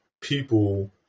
people